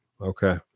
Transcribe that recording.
okay